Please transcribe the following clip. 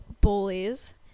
bullies